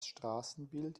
straßenbild